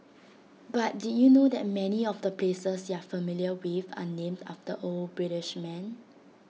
but did you know that many of the places you're familiar with are named after old British men